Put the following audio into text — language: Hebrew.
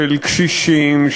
של קשישים,